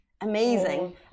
amazing